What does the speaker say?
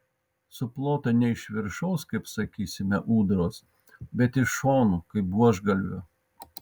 suplota ne iš viršaus kaip sakysime ūdros bet iš šonų kaip buožgalvio